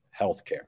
healthcare